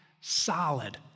solid